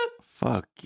Fuck